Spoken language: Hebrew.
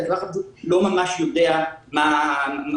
האזרח הפשוט לא ממש יודע מה לעשות.